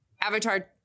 Avatar